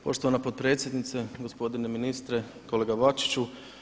Poštovana potpredsjednice, gospodine ministre, kolega Bačiću.